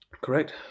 Correct